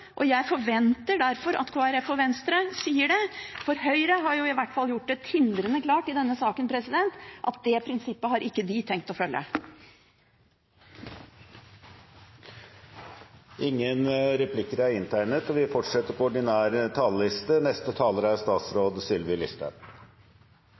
Jeg forventer derfor at Kristelig Folkeparti og Venstre sier det, for Høyre har jo i hvert fall gjort det tindrende klart at det prinsippet har ikke de tenkt å følge i denne saken. Jeg vil starte med å si at jeg er